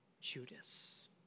Judas